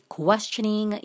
questioning